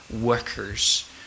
workers